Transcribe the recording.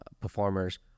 performers